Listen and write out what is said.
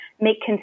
make